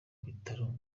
bitaro